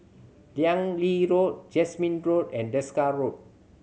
Keng Lee Road Jasmine Road and Desker Road